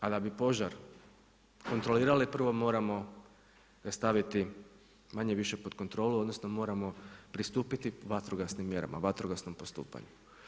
A da bi požar kontrolirali prvo moramo ga staviti manje-više pod kontrolu, odnosno moramo pristupiti vatrogasnim mjerama, vatrogasnom postupanju.